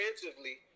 defensively